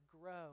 grow